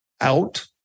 out